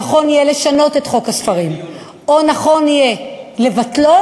שנכון יהיה לשנות את חוק הספרים או נכון יהיה לבטלו,